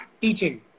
teaching